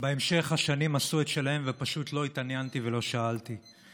בהמשך השנים עשו את שלהן ופשוט לא התעניינתי ולא שאלתי,